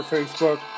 Facebook